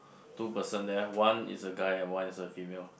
two person there one is a guy and one is a female